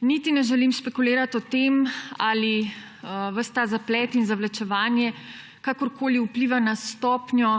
Niti ne želim špekulirati o tem, ali ves ta zaplet in zavlačevanje kakorkoli vpliva na stopnjo